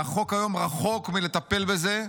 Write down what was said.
והחוק היום רחוק מלטפל בזה,